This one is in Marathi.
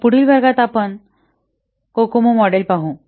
तर पुढील वर्गात आपण ते कोकोमो मॉडेल पाहू